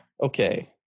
Okay